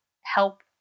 help